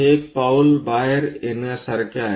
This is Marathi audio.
हे एक पाऊल बाहेर येण्यासारखे आहे